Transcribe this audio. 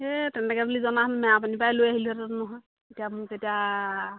সেই তেনেকৈ বুলি জনাহেতেন মেৰাপানীপৰাই লৈ আহিলোঁহেতেন নহয় এতিয়া মোক এতিয়া